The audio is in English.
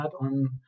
on